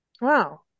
Wow